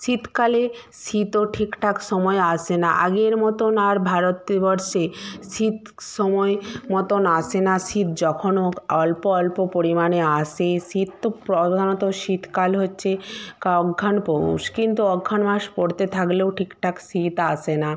শীতকালে শীতও ঠিক ঠাক সময়ে আসে না আগের মতন আর ভারতবর্ষে শীত সময় মতন আসে না শীত যখন হোক অল্প অল্প পরিমাণে আসে শীত তো প্রধানত শীতকাল হচ্ছে কা অগ্রহায়ণ পৌষ কিন্তু অগ্রহায়ণ মাস পরতে থাকলেও ঠিক ঠাক শীত আসে না